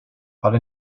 ale